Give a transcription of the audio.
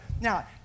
Now